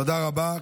תודה רבה.